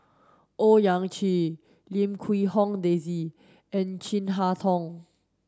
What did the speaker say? Owyang Chi Lim Quee Hong Daisy and Chin Harn Tong